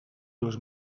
dos